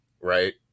Right